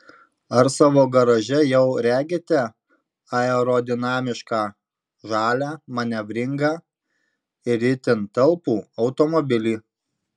ar savo garaže jau regite aerodinamišką žalią manevringą ir itin talpų automobilį